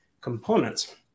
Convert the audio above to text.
components